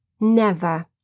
Never